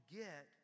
get